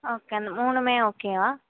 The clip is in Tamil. ஓகே அந்த மூணுமே ஓகேவா